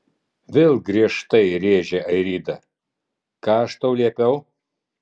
vėl griežtai rėžė airida ką aš tau liepiau